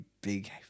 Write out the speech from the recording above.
big